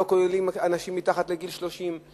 שהם לא כוללים אנשים מתחת לגיל 30,